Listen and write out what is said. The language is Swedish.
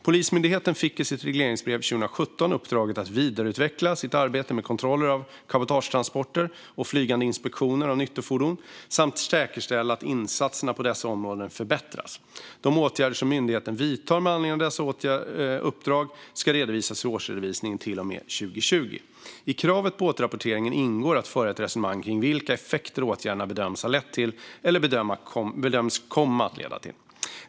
Polismyndigheten fick i sitt regleringsbrev 2017 uppdraget att vidareutveckla sitt arbete med kontroller av cabotagetransporter och flygande inspektioner av nyttofordon samt att säkerställa att insatserna på dessa områden förbättras. De åtgärder som myndigheten vidtar med anledning av dessa uppdrag ska redovisas i årsredovisningarna till och med 2020. I kravet på återrapportering ingår att föra ett resonemang om vilka effekter åtgärderna bedöms ha lett till eller bedöms komma att leda till.